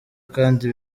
kandi